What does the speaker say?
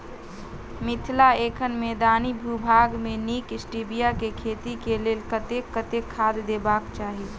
मिथिला एखन मैदानी भूभाग मे नीक स्टीबिया केँ खेती केँ लेल कतेक कतेक खाद देबाक चाहि?